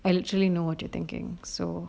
I actually know what you're thinking so